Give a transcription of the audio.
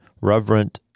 reverent